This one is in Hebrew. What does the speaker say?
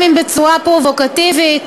גם אם בצורה פרובוקטיבית,